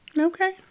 Okay